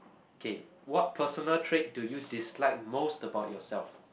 okay what personal trait do you dislike most about yourself